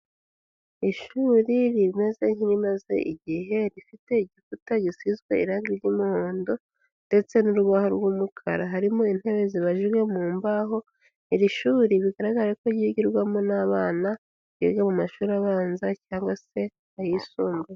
Ishuri rimeze nk'irimaze igihe rifite igikuta gisizwe irangi ry'umuhondo ndetse n'urubaho rw'umukara, harimo intebe zibajijwe mu mbaho, iri shuri bigaragare ko ryigirwamo n'abana biga mu mashuri abanza cyangwa se ayisumbuye.